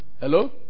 Hello